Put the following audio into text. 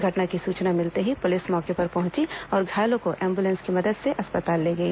घटना की सूचना मिलते ही पुलिस मौके पर पहुंची और घायलों को एंबुलेंस की मदद से अस्पताल ले गई